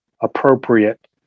appropriate